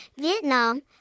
Vietnam